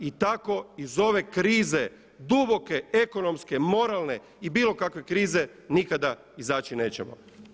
I tako iz ove krize duboke ekonomske, moralne i bilo kakve krize nikada izaći nećemo.